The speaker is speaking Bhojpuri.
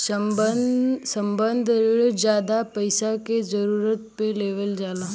संबंद्ध रिण जादा पइसा के जरूरत पे लेवल जाला